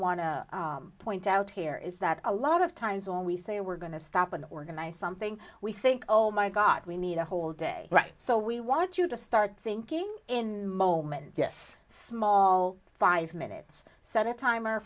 to point out here is that a lot of times when we say we're going to stop and organize something we think oh my god we need a whole day right so we want you to start thinking in moment yes small five minutes set a timer